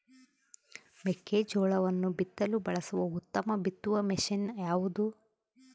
ಮೆಕ್ಕೆಜೋಳವನ್ನು ಬಿತ್ತಲು ಬಳಸುವ ಉತ್ತಮ ಬಿತ್ತುವ ಮಷೇನ್ ಯಾವುದು?